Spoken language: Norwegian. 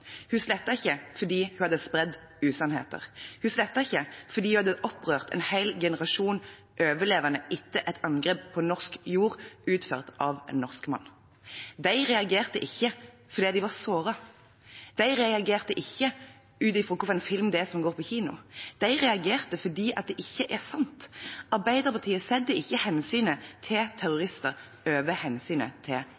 hun beklager. Hun slettet ikke fordi hun hadde spredd usannheter. Hun slettet ikke fordi hun hadde opprørt en hel generasjon overlevende etter et angrep på norsk jord, utført av en norsk mann. De reagerte ikke fordi de var såret, de reagerte ikke ut ifra hvilken film som går på kino. De reagerte fordi det ikke er sant. Arbeiderpartiet setter ikke hensynet til